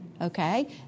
Okay